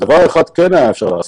דבר אחד כן היה אפשר לעשות.